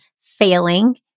failing